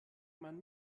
man